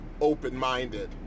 open-minded